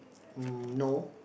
um no